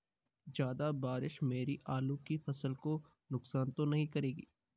ज़्यादा बारिश मेरी आलू की फसल को नुकसान तो नहीं करेगी?